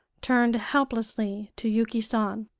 turned helplessly to yuki san.